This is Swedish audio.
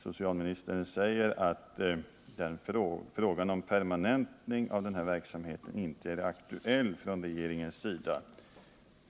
Socialministern säger att frågan om permanentning av denna verksamhet inte är aktuell från regeringens sida.